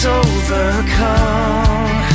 overcome